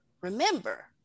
Remember